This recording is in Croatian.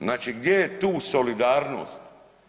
Znači gdje je tu solidarnost?